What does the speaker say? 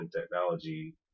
technology